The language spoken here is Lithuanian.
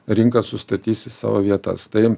rinka sustatys į savo vietas tai